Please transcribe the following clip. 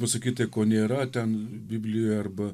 pasakyti ko nėra ten biblijoj arba